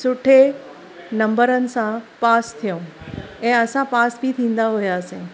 सुठे नंबरनि सां पास थियूं ऐं असां पास बि थींदा हुआसीं